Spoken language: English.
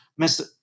Mr